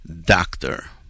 doctor